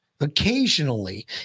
occasionally